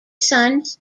sons